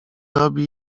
robi